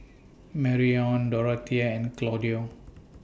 Marrion Dorathea and Claudio